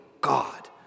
God